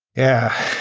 yeah.